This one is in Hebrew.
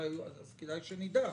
אז כדאי שנדע.